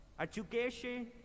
education